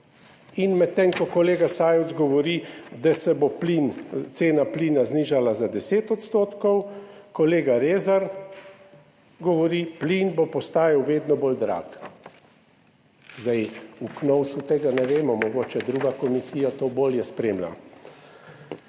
Medtem ko kolega Sajovic govori, da se bo cena plina znižala za 10 %, kolega Rezar govori, plin bo postajal vedno bolj drag. V Knovsu tega ne vemo, mogoče druga komisija to bolje spremlja.